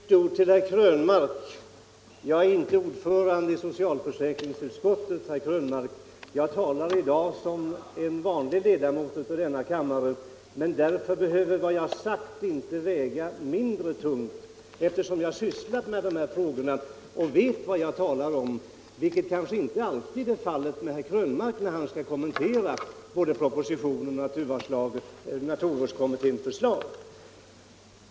Herr talman! Först ett ord till herr Krönmark. Jag är inte ordförande i socialförsäkringsutskottet, herr Krönmark! I dag talar jag som vanlig ledamot av denna kammare, men fördenskull behöver vad jag säger inte väga mindre, eftersom jag sysslat med dessa frågor och vet vad jag talar om, vilket kanske inte alltid är fallet med herr Krönmark när han kommenterar propositionen och naturvårdskommitténs förslag.